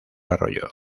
arroyo